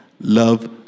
Love